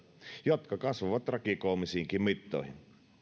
jotka kasvoivat tragikoomisiinkin mittoihin